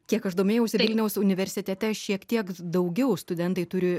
kiek aš domėjausi vilniaus universitete šiek tiek daugiau studentai turi